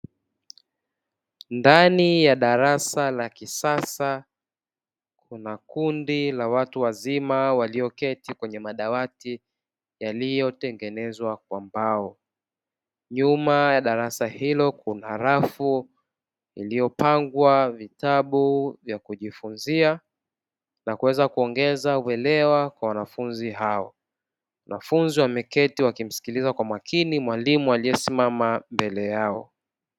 Ndani ya darasa la kisasa kuna kundi la watu wazima waliyoketi kwenye madawati yaliyotengenezwa kwa mbao, nyuma ya darasa hilo kuna rafu iliyopangwa vitabu vya kujifunzia na kuweza kuongeza uelewa kwa wanafunzi hao. Wanafunzi wameketi wakimsikiliza kwa makini mwalimu aliyesimama mbele yao.